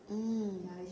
mm